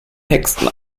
texten